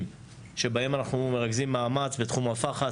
שבהם אנחנו מרכזים מאמץ: בתחום הפח"ע,